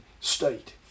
state